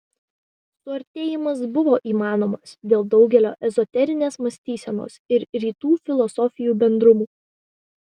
suartėjimas buvo įmanomas dėl daugelio ezoterinės mąstysenos ir rytų filosofijų bendrumų